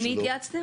עם מי התייעצתם?